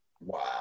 Wow